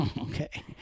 okay